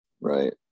Right